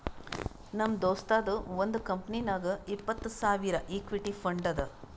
ನಮ್ ದೋಸ್ತದು ಒಂದ್ ಕಂಪನಿನಾಗ್ ಇಪ್ಪತ್ತ್ ಸಾವಿರ್ ಇಕ್ವಿಟಿ ಫಂಡ್ ಅದಾ